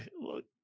look